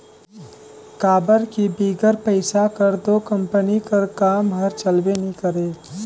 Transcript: काबर कि बिगर पइसा कर दो कंपनी कर काम हर चलबे नी करे